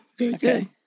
Okay